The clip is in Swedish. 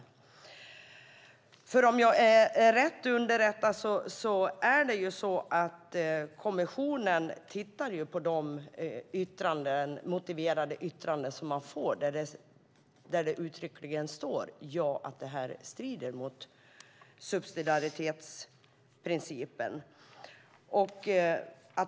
Om jag är rätt underrättad är det så att kommissionen tittar på de motiverade yttranden som man får, där det uttryckligen står att det här strider mot subsidiaritetsprincipen.